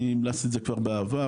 אני המלצתי את זה כבר בעבר.